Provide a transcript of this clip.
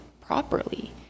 properly